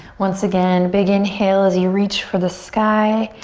once again, big inhale as you reach for the sky.